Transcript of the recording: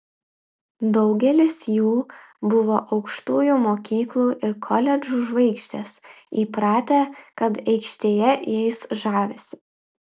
daugelis jų buvo aukštųjų mokyklų ir koledžų žvaigždės įpratę kad aikštėje jais žavisi